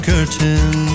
curtain